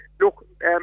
look